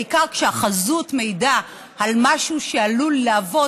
בעיקר כשהחזות מעידה על משהו שעלול להוות